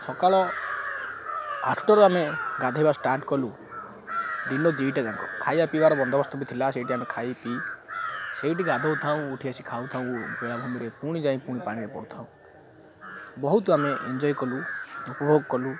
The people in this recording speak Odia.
ସକାଳ ଆଠଟାରୁ ଆମେ ଗାଧେଇବା ଷ୍ଟାର୍ଟ କଲୁ ଦିନ ଦୁଇଟା ଯାକ ଖାଇବା ପିଇବାର ବନ୍ଦୋବସ୍ତ ବି ଥିଲା ସେଇଠି ଆମେ ଖାଇପିଇ ସେଇଠି ଗାଧଉଥାଉ ଉଠି ଆସି ଖାଉଥାଉ ବେଳାଭୂମିରେ ପୁଣି ଯାଇ ପୁଣି ପାଣିରେ ପଡ଼ୁଥାଉ ବହୁତ ଆମେ ଏନଯଏ କଲୁ ଉପଭୋଗ କଲୁ